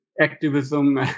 activism